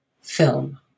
film